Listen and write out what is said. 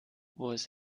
was